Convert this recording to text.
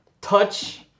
touch